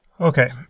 Okay